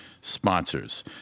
sponsors